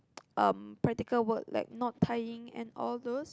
um practical work like not tying and all those